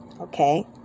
Okay